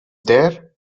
there